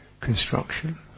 construction